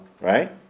Right